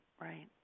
right